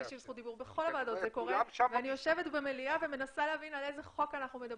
אני יושבת במליאה ומנסה להבין באיזה חוק מדברים.